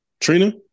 Trina